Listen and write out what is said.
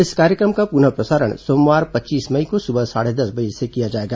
इस कार्यक्रम का पुनः प्रसारण सोमवार पच्चीस मई को सुबह साढ़े दस बजे से किया जाएगा